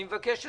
אני מבקש הסבר.